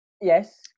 Yes